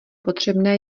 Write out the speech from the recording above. potřebné